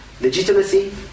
Legitimacy